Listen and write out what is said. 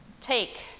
take